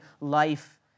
life